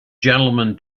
gentlemen